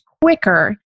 quicker